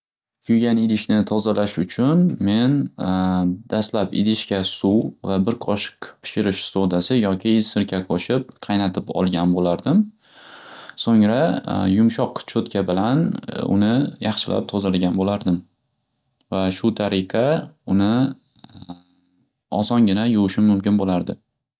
Kuygan idishni tozalash uchun men dastlab idishga suv va bir qoshiq pishirish sodasi yoki sirka qo'shib qaynatib olgan bo'lardim, so'ngra yumshoq cho'tka bilan uni yaxshilab tozalagan bo'lardim va shu tariqa uni osongina yuvushim mumkin bo'lardi.